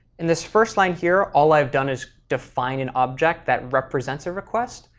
in this first line here, all i've done is define an object that represents a request,